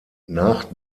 nach